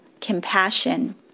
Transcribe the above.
compassion